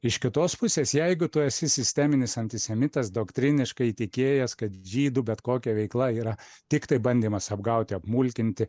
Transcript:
iš kitos pusės jeigu tu esi sisteminis antisemitas doktriniškai įtikėjęs kad žydų bet kokia veikla yra tiktai bandymas apgauti apmulkinti